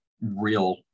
real